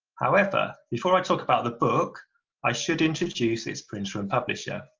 however before i talk about the book i should introduce its printer and publisher.